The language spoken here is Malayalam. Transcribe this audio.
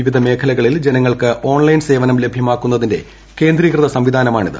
വിവിധ മേഖലകളിൽ ജനങ്ങൾക്ക് ഓൺലൈൻ സേവനം ലഭ്യമാക്കുന്നതിന്റെ കേന്ദ്രീകൃത സംവിധാനമാണിത്